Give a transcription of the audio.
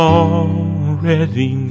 already